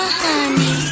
honey